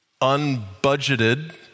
unbudgeted